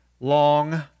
long